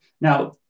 Now